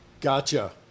gotcha